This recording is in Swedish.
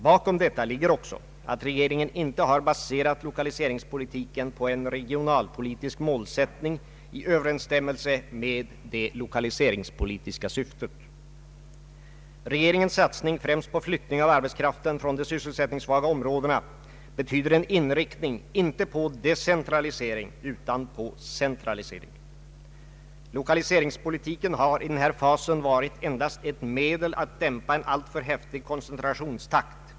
Bakom detta ligger också att regeringen inte har baserat lokaliseringspolitiken på en regionalpolitisk målsättning i överensstämmelse med det lokaliseringspolitiska syftet. Regeringens satsning främst på flyttning av arbetskraften från de sysselsättningssvaga områdena betyder en inriktning inte på decentralisering utan på centralisering. Lokaliseringspolitiken har i den här fasen endast varit ett medel att dämpa en alltför häftig koncentrationstakt.